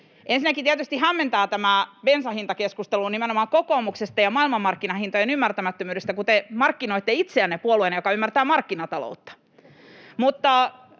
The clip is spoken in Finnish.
ensinnäkin tietysti hämmentää tämä bensan hintakeskustelu nimenomaan kokoomuksen ja maailmanmarkkinahintojen ymmärtämättömyyden osalta, kun te markkinoitte itseänne puolueena, joka ymmärtää markkinataloutta.